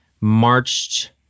marched